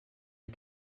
wie